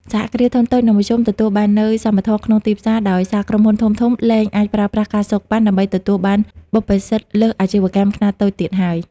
សហគ្រាសធុនតូច និងមធ្យម ទទួលបាននូវ "សមធម៌ក្នុងទីផ្សារ" ដោយសារក្រុមហ៊ុនធំៗលែងអាចប្រើប្រាស់ ការសូកប៉ាន់ ដើម្បីទទួលបានបុព្វសិទ្ធិលើសអាជីវកម្មខ្នាតតូចទៀតហើយ។